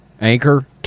Anchor